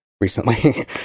recently